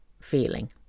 feeling